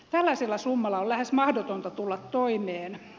tällaisella summalla on lähes mahdotonta tulla toimeen